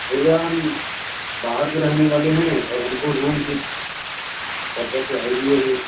भैया हम बाहर के रहने वाले हैं और हमको रूम की परपज़ से आए हुए हैं